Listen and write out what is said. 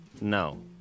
No